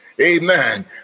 Amen